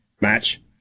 match